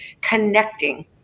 connecting